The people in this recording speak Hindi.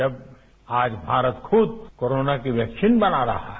जब आज भारत खुद कोरोना की वैक्सीन बना रहा है